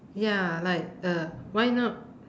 ya like uh why not